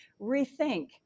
rethink